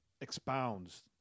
expounds